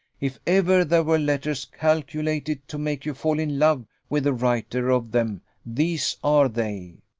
if ever there were letters calculated to make you fall in love with the writer of them, these are they.